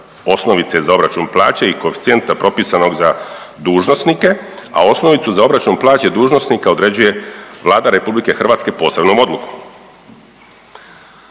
osnovice za obračun plaće i koeficijenta propisanog za dužnosnike, a osnovicu za obračun plaće dužnosnika određuje Vlada RH posebnom odlukom.